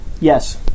Yes